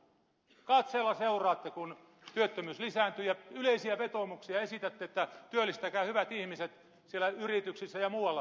katseella seuraatte kun työttömyys lisääntyy ja yleisiä vetoomuksia esitätte että työllistäkää hyvät ihmiset siellä yrityksissä ja muualla